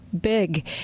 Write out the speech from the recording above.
big